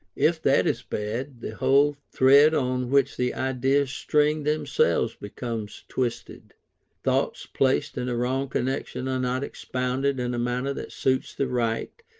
if that is bad, the whole thread on which the ideas string themselves becomes twisted thoughts placed in a wrong connection are not expounded in a manner that suits the right,